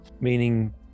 meaning